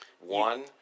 One